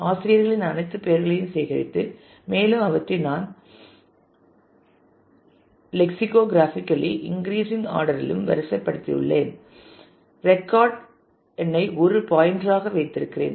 ஆசிரியர்களின் அனைத்து பெயர்களையும் சேகரித்து மேலும் அவற்றை நான் லெக்ஷோகிராஃபிகல்லி இன்கிரீசிங் ஆர்டரிலும் வரிசைப்படுத்தியுள்ளேன் ரெக்கார்ட் எண்ணை ஒரு பாயின்டர் ஆக வைத்திருக்கிறேன்